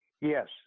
Yes